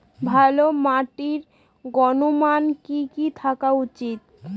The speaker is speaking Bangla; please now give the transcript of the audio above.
ভালো মাটির গুণমান কি কি থাকা উচিৎ?